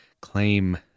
claim